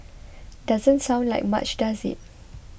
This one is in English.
doesn't sound like much does it